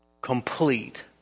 complete